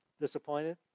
Disappointed